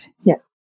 Yes